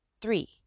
three